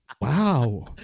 Wow